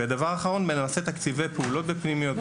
ודבר אחרון בנושא תקציבי פעולות בפנימיות,